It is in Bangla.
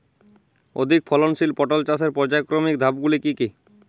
অধিক ফলনশীল পটল চাষের পর্যায়ক্রমিক ধাপগুলি কি কি?